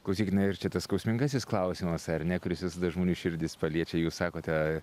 klausykit na ir čia tas skausmingasis klausimas ar ne kuris visada žmonių širdis paliečia jūs sakote